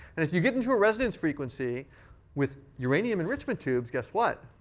and as you get into a resonance frequency with uranium enrichment tubes, guess what?